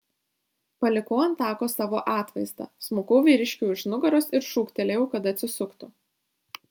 palikau ant tako savo atvaizdą smukau vyriškiui už nugaros ir šūktelėjau kad atsisuktų